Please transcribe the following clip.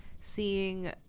seeing